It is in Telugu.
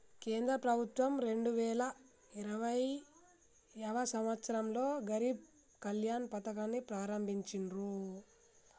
కేంద్ర ప్రభుత్వం రెండు వేల ఇరవైయవ సంవచ్చరంలో గరీబ్ కళ్యాణ్ పథకాన్ని ప్రారంభించిర్రు